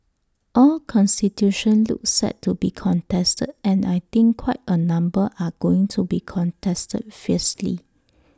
all constituencies look set to be contested and I think quite A number are going to be contested fiercely